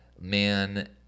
man